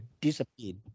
disappeared